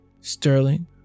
Sterling